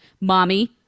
Mommy